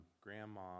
grandma